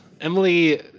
Emily